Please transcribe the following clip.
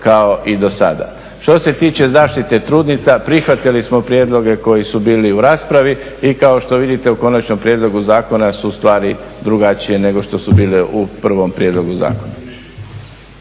kao i do sada. Što se tiče zaštite trudnica prihvatili smo prijedloge koji su bili u raspravi i kao što vidite u konačnom prijedlogu zakona su stvari drugačije nego što su bile u prvom prijedlogu zakona.